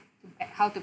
like how to